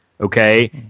Okay